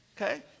okay